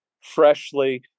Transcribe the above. freshly